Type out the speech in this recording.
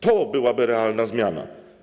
To byłaby realna zmiana.